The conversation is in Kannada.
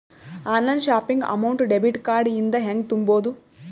Online shopping amount debit card ಇಂದ ಹೆಂಗ್ ತುಂಬೊದು?